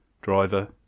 driver